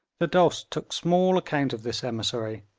the dost took small account of this emissary,